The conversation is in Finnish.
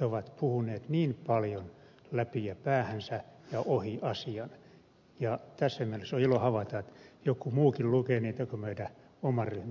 he ovat puhuneet niin paljon läpiä päähänsä ja ohi asian ja tässä mielessä on ilo havaita että joku muukin lukee niitä eikä vain meidän oman ryhmämme jäsenet